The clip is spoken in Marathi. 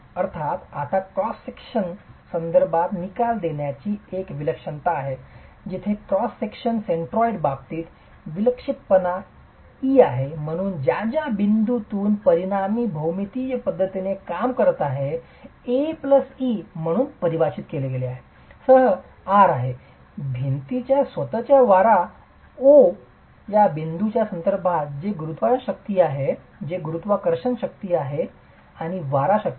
अर्थात आता क्रॉस विभागाच्या संदर्भात निकाल देणार्याची एक विलक्षणता आहे जिथे क्रॉस विभागाच्या सेंट्रोइडच्या बाबतीत विक्षिप्तपणा e आहे आणि म्हणून ज्या ज्या बिंदूतून परिणामी भौमितीय पद्धतीने काम करत आहे a e म्हणून परिभाषित केले गेले आहे सह r आहे भिंतीच्या स्वतःच वाराच्या शेवटी O या बिंदूचा च्या संदर्भात जे गुरुत्वाकर्षण शक्ती आहे आणि वारा शक्ती Vy2